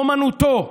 אומנותו.